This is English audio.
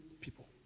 people